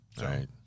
Right